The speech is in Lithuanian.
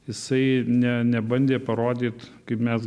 jisai ne nebandė parodyt kaip mes